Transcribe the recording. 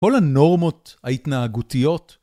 כל הנורמות ההתנהגותיות